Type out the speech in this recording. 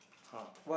!huh!